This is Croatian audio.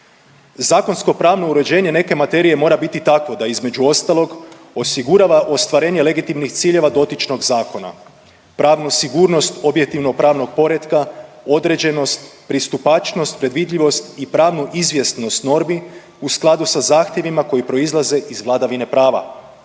Zakonsko pravno uređenje neke materije mora biti takvo da između ostalog, osigurava ostvarenje legitimnih ciljeva dotičnog zakona, pravnu sigurnost objektivno pravnog poretka, određenost, pristupačnost predvidljivost i pravnu izvjesnost normi u skladu sa zahtjevima koji proizlaze iz vladavine prava,